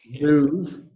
move